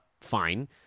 fine